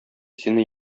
сине